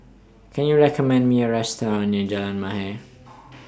Can YOU recommend Me A Restaurant near Jalan Mahir